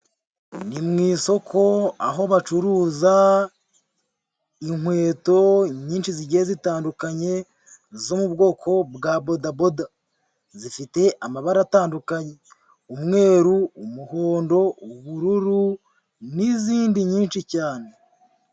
Ni mu isoko aho bacuruza inkweto nyinshi zigiye zitandukanye zo mu bwoko bwa bodaboda, zifite amabara atandukanye umweru, umuhondo, ubururu n'izindi nyinshi cyane.